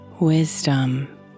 wisdom